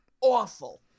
awful